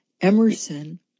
Emerson